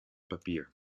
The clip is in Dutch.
papier